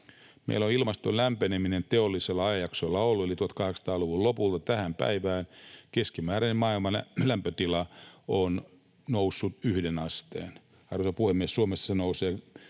Meillä on ilmasto lämmennyt teollisella ajanjaksolla eli 1800-luvun lopulta tähän päivään niin, että keskimääräinen maailman lämpötila on noussut 1 asteen. Arvoisa puhemies, Suomessa ja